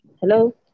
Hello